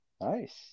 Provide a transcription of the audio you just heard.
Nice